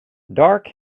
dark